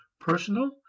personal